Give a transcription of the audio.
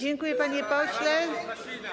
Dziękuję, panie pośle.